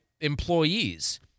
employees